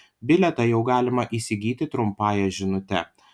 bilietą jau galima įsigyti trumpąja žinute